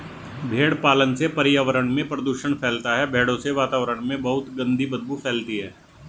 भेड़ पालन से पर्यावरण में प्रदूषण फैलता है भेड़ों से वातावरण में बहुत गंदी बदबू फैलती है